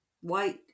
white